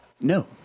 No